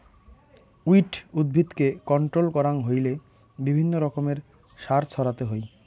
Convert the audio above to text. weed উদ্ভিদকে control করাং হইলে বিভিন্ন রকমের সার ছড়াতে হই